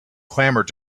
clamored